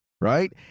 Right